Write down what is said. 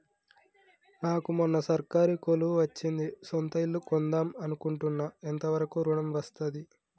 నాకు మొన్న సర్కారీ కొలువు వచ్చింది సొంత ఇల్లు కొన్దాం అనుకుంటున్నా ఎంత వరకు ఋణం వస్తది?